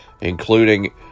including